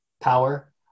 power